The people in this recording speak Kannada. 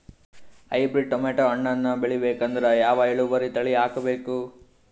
ಹೈಬ್ರಿಡ್ ಟೊಮೇಟೊ ಹಣ್ಣನ್ನ ಪಡಿಬೇಕಂದರ ಯಾವ ಇಳುವರಿ ತಳಿ ಹಾಕಬೇಕು?